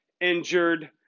injured